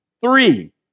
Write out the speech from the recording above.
Three